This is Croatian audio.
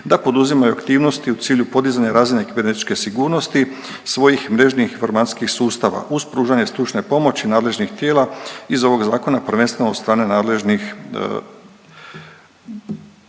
da poduzimaju aktivnosti u cilju podizanja razine kibernetičke sigurnosti, svojih mrežnih informacijskih sustava uz pružanje stručne pomoći nadležnih tijela iz ovog zakona prvenstveno od strane nadležnih